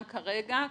גם כרגע,